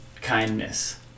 kindness